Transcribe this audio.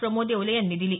प्रमोद येवले यांनी दिली